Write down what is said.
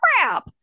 crap